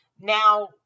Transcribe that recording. Now